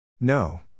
No